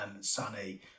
sunny